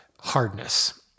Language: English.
hardness